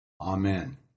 Amen